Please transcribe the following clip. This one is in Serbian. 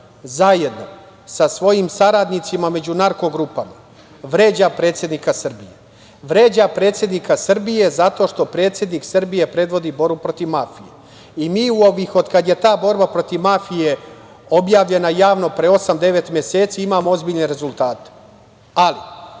zajedno sa svojim saradnicima među narko-grupama vređa predsednika Srbije. Vređa predsednika Srbije zato što predsednik Srbije predvodi borbu protiv mafije. Mi od kad je ta borba protiv mafije objavljena javno pre osam, devet meseci imamo ozbiljne rezultate, ali